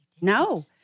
No